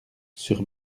sur